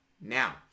Now